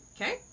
Okay